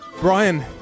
Brian